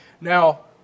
Now